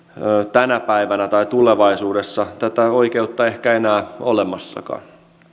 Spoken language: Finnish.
tänä päivänä tai tulevaisuudessa tätä oikeutta ehkä enää olemassakaan